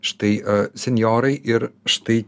štai senjorai ir štai